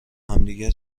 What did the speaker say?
همدیگر